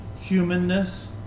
humanness